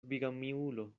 bigamiulo